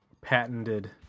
patented